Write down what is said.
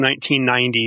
1990